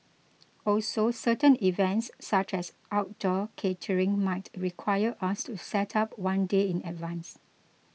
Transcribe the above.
also certain events such as outdoor catering might require us to set up one day in advance